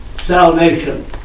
salvation